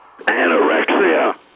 Anorexia